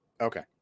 okay